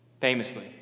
Famously